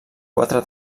quatre